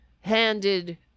handed